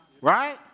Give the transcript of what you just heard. right